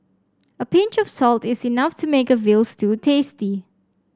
a pinch of salt is enough to make a veal stew tasty